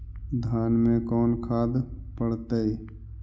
धान मे कोन खाद पड़तै?